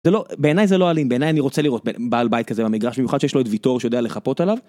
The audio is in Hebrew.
זה לא בעיניי זה לא אלים בעיניי אני רוצה לראות בעל בית כזה במגרש במיוחד שיש לו את ויטור שיודע לחפות עליו.